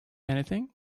anything